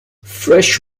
fresh